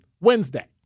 Wednesday